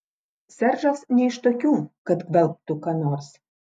seržas ne iš tokių kad gvelbtų ką nors